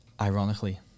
ironically